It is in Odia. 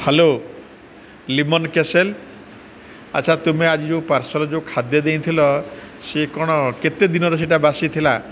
ହ୍ୟାଲୋ ଲିମନ କେସେଲ ଆଚ୍ଛା ତୁମେ ଆଜି ଯେଉଁ ପାର୍ସଲ୍ ଯେଉଁ ଖାଦ୍ୟ ଦେଇଥିଲ ସିଏ କ'ଣ କେତେ ଦିନର ସେଇଟା ବାସିଥିଲା